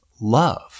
love